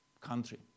country